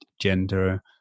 gender